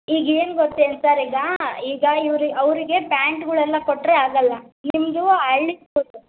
ಈಗ ಏನು ಗೊತ್ತೇನು ಸರ್ ಈಗ ಈಗ ಇವ್ರಿಗೆ ಅವರಿಗೆ ಪ್ಯಾಂಟ್ಗುಳೆಲ್ಲ ಕೊಟ್ಟರೆ ಆಗಲ್ಲ ನಿಮ್ಮದು ಹಳ್ಳಿ ಸ್ಕೂಲು